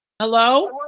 hello